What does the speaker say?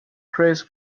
kris